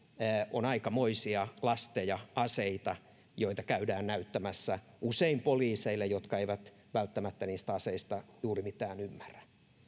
on aikamoisia lasteja aseita joita käydään näyttämässä usein poliiseille jotka eivät välttämättä niistä aseista juuri mitään ymmärrä